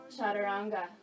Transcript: chaturanga